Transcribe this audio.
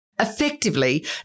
Effectively